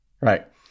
Right